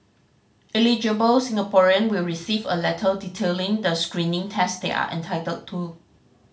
eligible Singaporean will receive a letter detailing the screening tests they are entitled to